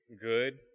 good